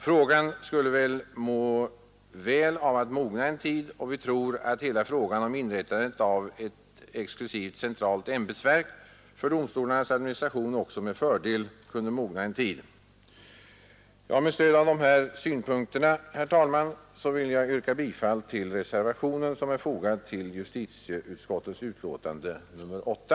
Frågan skulle troligen må väl av att mogna en tid, och vi tror att hela förslaget om inrättandet av ett exklusivt centralt ämbetsverk för domstolarnas administration också med fördel kunde mogna en tid. Herr talman! Med stöd av dessa synpunkter vill jag yrka bifall till reservationen vid justitieutskottets betänkande nr 8.